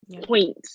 point